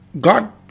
god